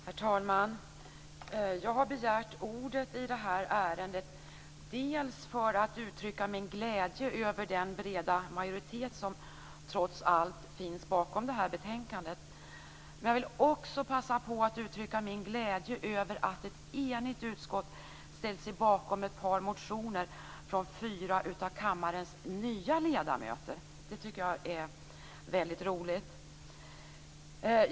Herr talman! Jag har begärt ordet i det här ärendet för att uttrycka min glädje över den breda majoritet som trots allt finns bakom betänkandet. Jag vill också passa på att uttrycka min glädje över att ett enigt utskott ställt sig bakom ett par motioner från fyra av kammarens nya ledamöter. Det tycker jag är väldigt roligt.